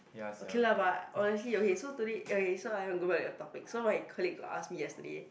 okay lah but honestly okay so today okay so I want go back your topic so my colleague got ask me yesterday